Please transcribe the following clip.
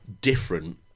different